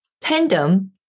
Tandem